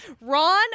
Ron